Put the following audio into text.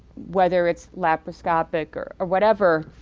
whether it's laparoscopic or or whatever.